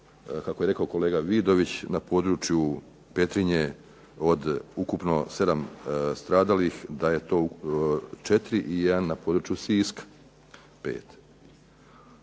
kako je rekao kolega Vidović na području Petrinje od ukupno 7 stradalih da je to 4 i jedan na području Siska